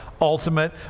ultimate